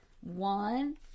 one